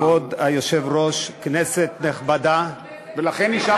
כבוד היושב-ראש, כנסת נכבדה, על כל חמש